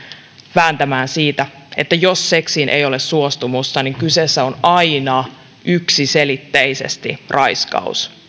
vääntämään siitä että jos seksiin ei ole suostumusta niin kyseessä on aina yksiselitteisesti raiskaus